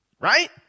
right